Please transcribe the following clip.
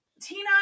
Tina